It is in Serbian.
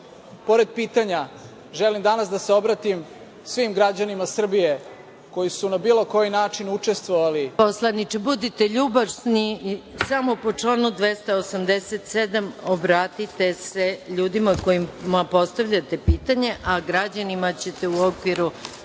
pored pitanja želim danas da se obratim svim građanima Srbije koji su na bilo koji način učestvovali… **Maja Gojković** Poslaniče, budite ljubazni i samo po članu 287. obratite se ljudima kojima postavljate pitanja, a građanima ćete u okviru